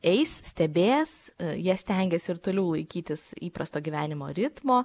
eis stebės jie stengiasi ir toliau laikytis įprasto gyvenimo ritmo